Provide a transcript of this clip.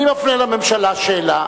אני מפנה לממשלה שאלה,